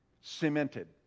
Cemented